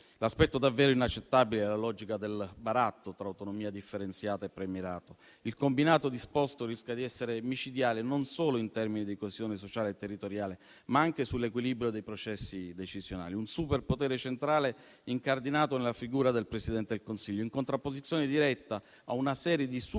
L'aspetto davvero inaccettabile è la logica del baratto tra autonomia differenziata e premierato. Il combinato disposto rischia di essere micidiale non solo in termini di coesione sociale e territoriale, ma anche sull'equilibrio dei processi decisionali: un superpotere centrale, incardinato nella figura del Presidente del Consiglio, in contrapposizione diretta a una serie di superpoteri